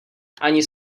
ani